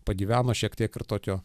pagyveno šiek tiek ir tokio